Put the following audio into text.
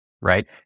right